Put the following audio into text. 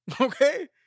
Okay